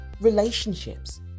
relationships